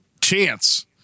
chance